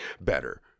better